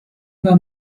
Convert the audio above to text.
war